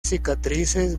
cicatrices